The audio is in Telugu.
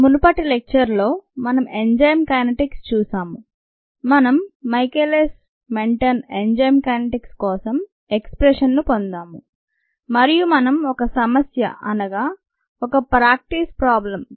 మునుపటి లెక్చర్లో మనం ఎంజైమ్ కైనెటిక్స్ చూశాము మనం మైకేలిస్ మెంటన్ ఎంజైమ్ కైనెటిక్స్ కోసం ఎక్స్ప్రెషన్ ను పొందాము మరియు మనం ఒక సమస్య అనగా ఒక ప్రాక్టీస్ ప్రాబ్లెమ్ 2